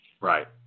Right